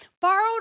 Borrowed